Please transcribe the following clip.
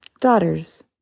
Daughters